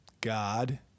God